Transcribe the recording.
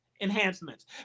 enhancements